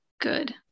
good